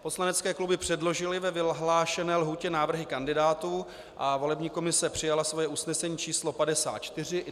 Poslanecké kluby předložily ve vyhlášené lhůtě návrhy kandidátů a volební komise přijala svoje usnesení číslo 54.